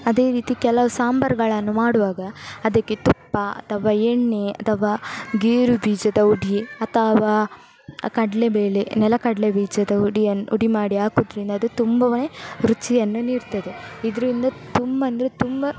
ಅದೇ ರೀತಿ ಕೆಲವು ಸಾಂಬಾರುಗಳನ್ನು ಮಾಡುವಾಗ ಅದಕ್ಕೆ ತುಪ್ಪ ಅಥವಾ ಎಣ್ಣೆ ಅಥವಾ ಗೇರುಬೀಜದ ಉಡಿ ಅಥವಾ ಕಡಲೇ ಬೇಳೆ ನೆಲಗಡಲೆ ಬೀಜದ ಹುಡಿಯನ್ನು ಉಡಿ ಮಾಡಿ ಹಾಕೋದ್ರಿಂದ ಅದು ತುಂಬನೇ ರುಚಿಯನ್ನು ನೀಡ್ತದೆ ಇದರಿಂದ ತುಂಬ ಅಂದರೆ ತುಂಬ